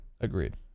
Agreed